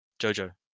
Jojo